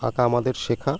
আঁকা আমাদের শেখা